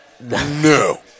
No